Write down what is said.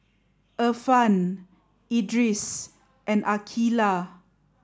Irfan Idris and Aqeelah